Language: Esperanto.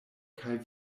kaj